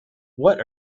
what